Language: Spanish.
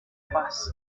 paz